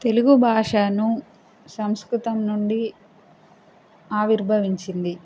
తెలుగు భాషను సంస్కృతం నుండి ఆవిర్భవించింది